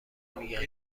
میگن